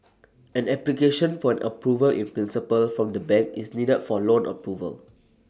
an application for an approval in principle from the bank is needed for loan approval